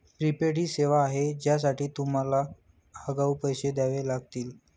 prepaid ही सेवा आहे ज्यासाठी तुम्हाला आगाऊ पैसे द्यावे लागतील